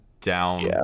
down